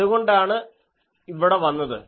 അതുകൊണ്ടാണ് ഇവിടെ വന്നത്